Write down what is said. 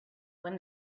when